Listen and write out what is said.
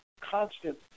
constant